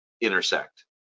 intersect